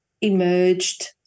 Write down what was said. emerged